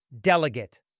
delegate